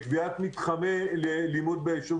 קביעת מתחמי לימוד ביישוב.